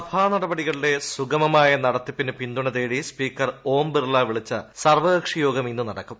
സഭാ നടപടികളുടെ സുഗമമായ നടത്തിപ്പിന് പിന്തുണ തേടി സ്പീക്കർ ഓം ബിർള വിളിച്ച സർവകക്ഷി യോഗം ഇന്ന് ്നടക്കും